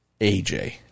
AJ